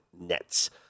Nets